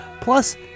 Plus